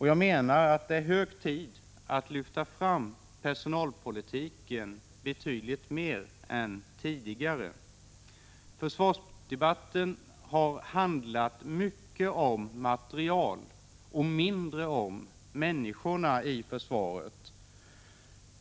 Jag menar att det är hög tid att lyfta fram personalpolitiken betydligt mer än tidigare. Försvarsdebatten har handlat mycket om material och mindre om människorna i försvaret.